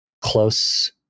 close